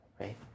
right